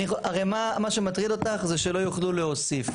הרי מה שמטריד אותךְ זה שלא יוכלו להוסיף.